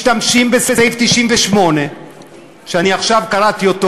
משתמשים בסעיף 98 שאני עכשיו קראתי אותו